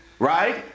Right